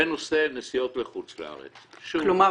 כלומר,